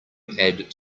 add